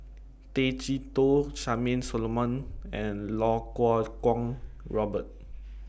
Tay Chee Toh Charmaine Solomon and Iau Kuo Kwong Robert